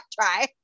try